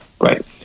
right